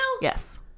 Yes